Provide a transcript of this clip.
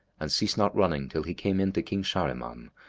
and ceased not running till he came in to king shahriman,